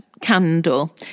candle